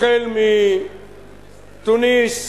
החל מתוניס,